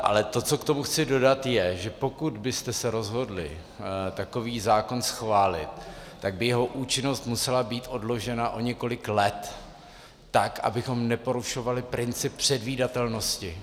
Ale to, co k tomu chci dodat, je, že pokud byste se rozhodli takový zákon schválit, tak by jeho účinnost musela být odložena o několik let, tak abychom neporušovali princip předvídatelnosti.